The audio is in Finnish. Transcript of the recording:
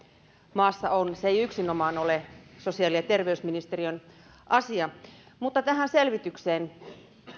maassa on se ei yksinomaan ole sosiaali ja terveysministeriön asia tähän selvitykseen